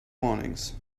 warnings